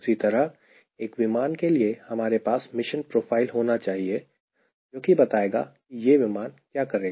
उसी तरह एक विमान के लिए हमारे पास मिशन प्रोफ़ाइल होना चाहिए जोकि बताएगा कि यह विमान क्या करेगा